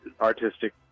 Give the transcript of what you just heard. artistic